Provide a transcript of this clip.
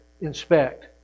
inspect